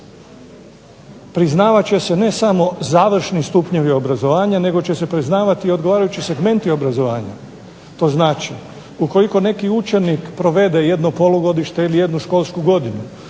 priznavat će se ne samo završni stupnjevi obrazovanja nego će se priznavati i odgovarajući segmenti obrazovanja. To znači ukoliko neki učenik provede jedno polugodište ili jednu školsku godinu,